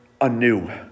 anew